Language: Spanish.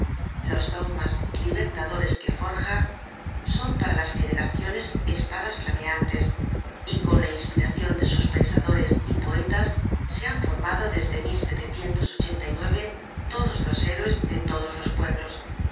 los dogmas libertadores que forja son para las generaciones espadas flameantes y con la inspiracion de sus pensadores y poetas se han formado desde todos los héroes de todos los pueblos